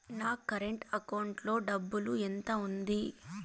నా current account లో డబ్బులు ఎంత ఉంది?